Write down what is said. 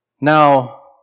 Now